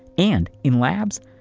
and in labs,